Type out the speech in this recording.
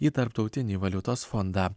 į tarptautinį valiutos fondą